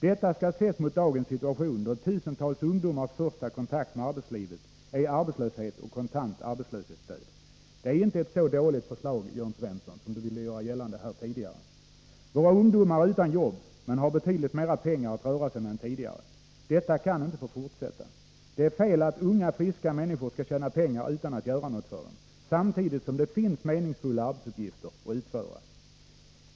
Detta skall ses mot bakgrund av dagens situation, då tusentals ungdomars första kontakt med arbetslivet är arbetslöshet och kontant arbetslöshetsstöd. Det är inte ett så dåligt förslag som Jörn Svensson här ville göra gällande. Våra ungdomar är utan jobb men har betydligt mera pengar att röra sig med än tidigare. Detta kan inte få fortsätta. Det är fel att unga, friska människor skall tjäna pengar utan att göra något för dem, samtidigt som det finns meningsfulla arbetsuppgifter att utföra.